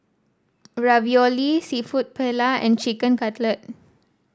Ravioli seafood Paella and Chicken Cutlet